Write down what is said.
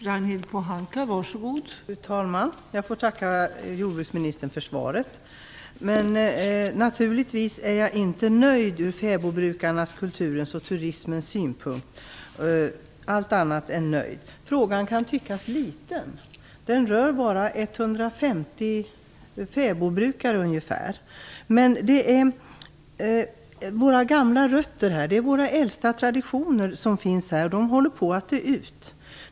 Fru talman! Jag får tacka jordbruksministern för svaret, men jag är naturligtvis inte nöjd ur fäbodbrukarnas, kulturens och turismens synpunkt. Jag är allt annat än nöjd. Frågan kan tyckas liten. Den rör bara ca 150 fäbodbrukare. Men det gäller här våra gamla rötter och våra äldsta traditioner som håller på att dö ut.